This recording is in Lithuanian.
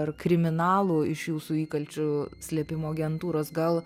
ar kriminalų iš jūsų įkalčių slėpimo agentūros gal